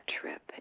trip